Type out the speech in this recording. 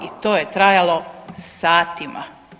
I to je trajalo satima.